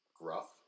Gruff